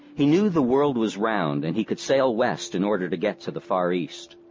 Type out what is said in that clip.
he knew the world was round and he could sail west in order to get to the far east.